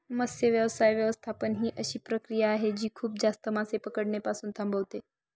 मत्स्य व्यवसाय व्यवस्थापन ही अशी प्रक्रिया आहे जी खूप जास्त मासे पकडणे पासून थांबवते